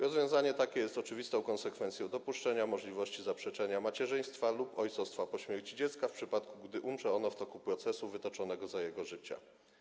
Rozwiązanie takie jest oczywistą konsekwencją dopuszczenia możliwości zaprzeczenia macierzyństwa lub ojcostwa po śmierci dziecka w przypadku, gdy umrze ono w toku procesu wytoczonego za jego życia.